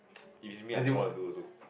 if it's me I don't know what to do also